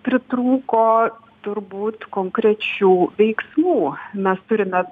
pritrūko turbūt konkrečių veiksmų mes turime